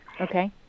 Okay